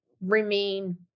remain